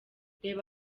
reba